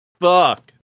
fuck